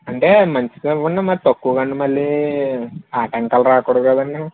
అంటే మంచిదే అనుకోండి మరి తక్కువ కాదండి మళ్ళీ ఆటంకాలు రాకూడదు కదండి